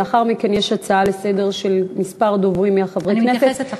לאחר מכן יש הצעות לסדר-היום של כמה חברי הכנסת,